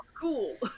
cool